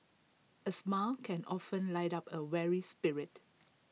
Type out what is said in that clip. A smile can often lit up A weary spirit